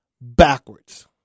backwards